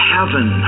Heaven